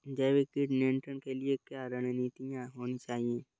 जैविक कीट नियंत्रण के लिए क्या रणनीतियां होनी चाहिए?